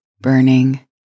Burning